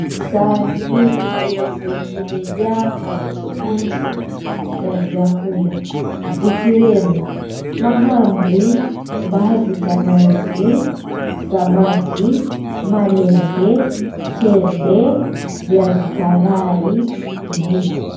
Sahani hili leupe limejaa mapochopocho ya vyakula vikiwemo mahamri, mbaazi za nazi, samaki, malenge, tende, viazi karai, kijiko.